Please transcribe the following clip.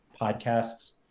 podcasts